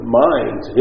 mind